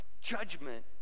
Judgment